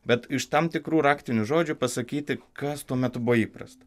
bet iš tam tikrų raktinių žodžių pasakyti kas tuo metu buvo įprasta